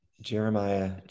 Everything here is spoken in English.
Jeremiah